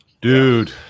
Dude